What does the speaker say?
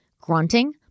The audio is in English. grunting